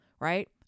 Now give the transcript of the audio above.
Right